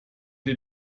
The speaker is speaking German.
dir